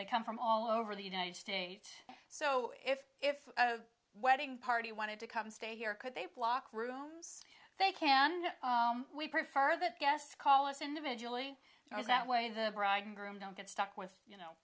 they come from all over the united states so if if wedding party wanted to come stay here could they block rooms they can we prefer that guests call us individually or as that way the bride and groom don't get stuck with you know